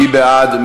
מי בעד?